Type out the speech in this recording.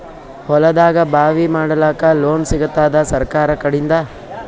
ಹೊಲದಾಗಬಾವಿ ಮಾಡಲಾಕ ಲೋನ್ ಸಿಗತ್ತಾದ ಸರ್ಕಾರಕಡಿಂದ?